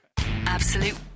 Absolute